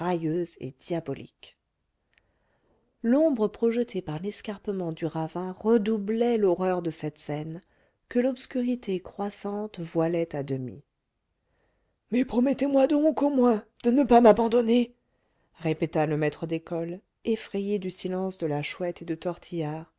et diabolique l'ombre projetée par l'escarpement du ravin redoublait l'horreur de cette scène que l'obscurité croissante voilait à demi mais promettez-moi donc au moins de ne pas m'abandonner répéta le maître d'école effrayé du silence de la chouette et de tortillard